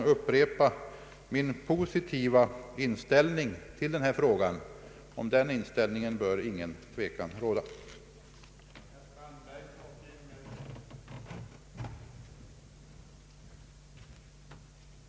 Jag vill slutligen tillägga — vilket även framgick av mitt anförande häromkvällen — att ingen bör kunna sväva i tvivelsmål vad beträffar min positiva inställning till de undersökningar som jag här har aviserat: